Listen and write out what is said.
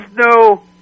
no